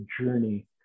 journey